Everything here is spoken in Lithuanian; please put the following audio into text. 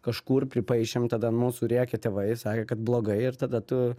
kažkur pripaišėm tada an mūsų rėkė tėvai sakė kad blogai ir tada tu